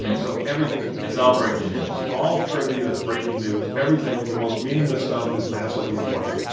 so everything is the. it's all breaking news all trivia is breaking news, everything. the most meaningless stuff is massively important.